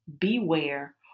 beware